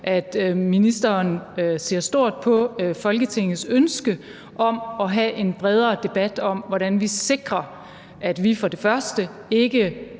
at ministeren ser stort på Folketingets ønske om at have en bredere debat om, hvordan vi sikrer, at vi for det første ikke